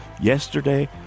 Yesterday